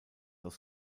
aus